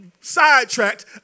sidetracked